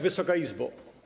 Wysoka Izbo!